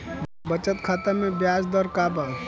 बचत खाता मे ब्याज दर का बा?